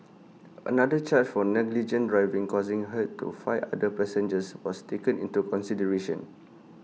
another charge for negligent driving causing hurt to five other passengers was taken into consideration